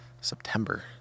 September